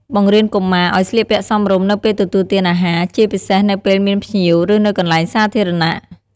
បង្រៀនកុមារឲ្យស្លៀកពាក់សមរម្យនៅពេលទទួលទានអាហារ ជាពិសេសនៅពេលមានភ្ញៀវ ឬនៅកន្លែងសាធារណៈ។